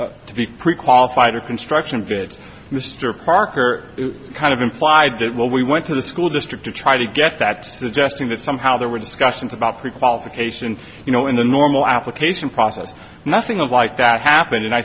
for to be pre qualified or construction did mr parker kind of imply i did what we went to the school district to try to get that suggesting that somehow there were discussions about prequalification you know in the normal application process nothing of like that happened and i